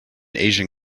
asian